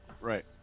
right